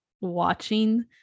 watching